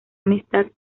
amistad